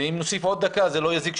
ואם נוסיף עוד דקה זה לא יזיק,